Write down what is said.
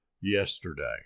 yesterday